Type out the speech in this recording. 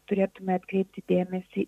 turėtume atkreipti dėmesį